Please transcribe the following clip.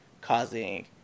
causing